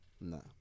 No